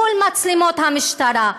מול מצלמות המשטרה,